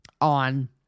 On